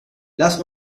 lass